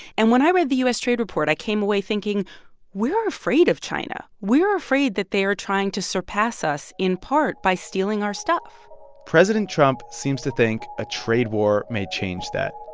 and when i read the u s. trade report, i came away thinking we're afraid of china. we're afraid that they are trying to surpass us in part by stealing our stuff president trump seems to think a trade war may change that,